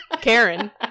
Karen